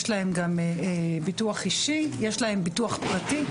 יש להם גם ביטוח אישי, יש להם ביטוח פרטי.